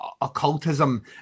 occultism